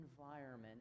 environment